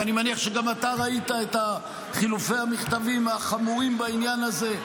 ואני מניח שגם אתה ראית את חילופי המכתבים החמורים בעניין הזה,